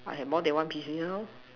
I have more than one P_C now